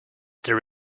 there